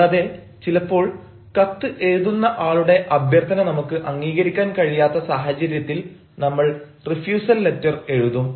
കൂടാതെ ചിലപ്പോൾ കത്ത് എഴുതുന്ന ആളുടെ അഭ്യർത്ഥന നമുക്ക് അംഗീകരിക്കാൻ കഴിയാത്ത സാഹചര്യത്തിൽ നമ്മൾ റെഫ്യുസൽ ലെറ്റർ എഴുതും